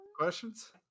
questions